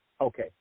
Okay